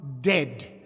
dead